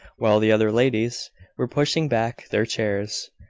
while the other ladies were pushing back their chairs,